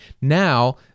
Now